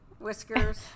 whiskers